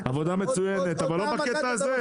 אבל לא בקטע הזה.